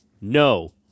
no